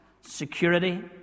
security